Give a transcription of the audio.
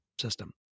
system